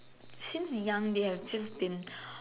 since young they have just been